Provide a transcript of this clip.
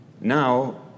Now